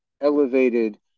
elevated